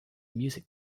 music